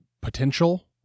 potential